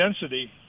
density